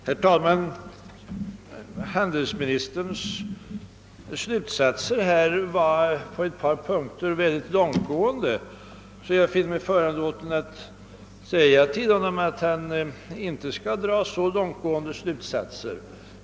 Herr talman! Handelsministerns slutsatser var på ett par punkter mycket långtgående, så jag finner mig föranlåten att säga till honom att han inte skall dra så långtgående slutsatser.